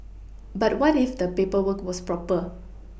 but what if the paperwork was proper